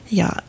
ja